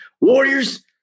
Warriors